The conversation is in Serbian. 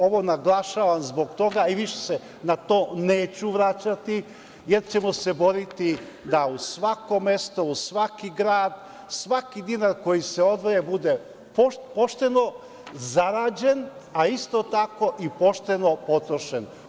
Ovo naglašavam zbog toga, i više se na to neću vraćati, jer ćemo se boriti da u svakom mestu, u svaki gradi svaki dinar koji se odvaja bude pošteno zarađen, a isto tako i pošteno potrošen.